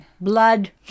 blood